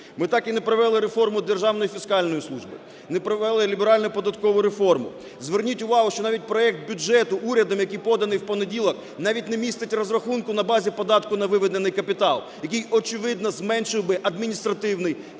Ми так і не провели реформу Державної фіскальної служби, не провели ліберальну податкову реформу. Зверніть увагу, що навіть проект бюджету урядом, який поданий в понеділок, навіть не містить розрахунку на базі податку на виведений капітал, який очевидно зменшив би адміністративний